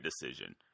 decision